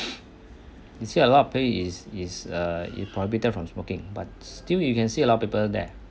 instead a lot of pay is is err is prohibited from smoking but still you can see a lot of people there